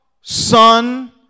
Son